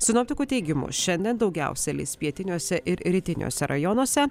sinoptikų teigimu šiandien daugiausia lis pietiniuose ir rytiniuose rajonuose